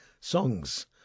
songs